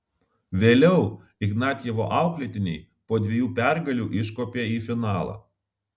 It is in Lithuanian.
vėliau ignatjevo auklėtiniai po dviejų pergalių iškopė į finalą